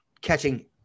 catching